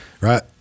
right